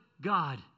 God